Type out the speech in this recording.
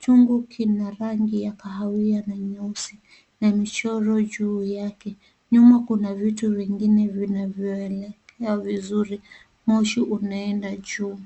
Chungu kina rangi ya kahawia na nyeusi na michoro juu yake. Nyuma kuna vitu vingine vinavyoelekea vizuri, moshi unaenda juu.